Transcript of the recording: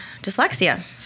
dyslexia